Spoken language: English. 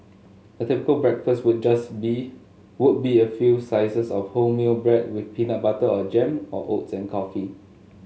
a typical breakfast would just would be a few slices of wholemeal bread with peanut butter or jam or oats and coffee